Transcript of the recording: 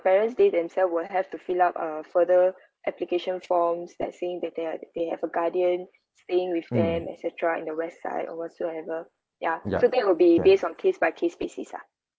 parents they themselves will have to fill up a further application forms like saying that they are they have a guardian staying with them etcetera in the west side or whatsoever ya so that will be based on case by case basis ah